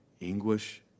English